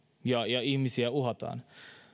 ja ja ihmisiä uhataan